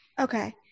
Okay